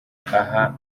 aha